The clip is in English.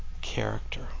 character